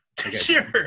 Sure